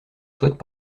souhaite